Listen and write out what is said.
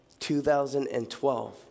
2012